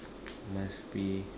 must be